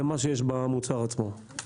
למה שיש במוצר עצמו.